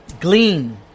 glean